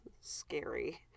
scary